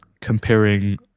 comparing